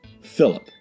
Philip